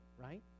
right